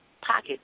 pocket